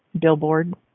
billboard